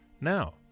Now